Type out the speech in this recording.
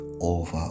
over